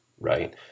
right